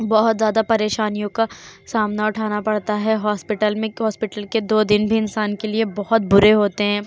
بہت زیادہ پریشانیوں کا سامنا اٹھانا پڑتا ہے ہاسپیٹل میں ہاسپیٹل کے دو دن بھی انسان کے لیے بہت برے ہوتے ہیں